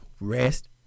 rest